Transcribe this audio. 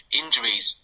injuries